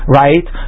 right